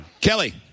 Kelly